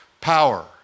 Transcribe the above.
power